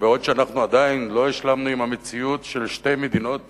בעוד אנחנו עדיין לא השלמנו עם המציאות של שתי מדינות